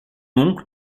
oncle